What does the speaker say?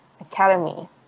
Academy